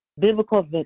Biblical